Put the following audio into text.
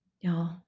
Y'all